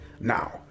Now